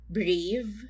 brave